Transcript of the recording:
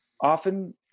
often